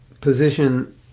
position